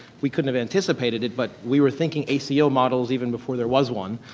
we could have anticipated it, but we were thinking aco models even before there was one.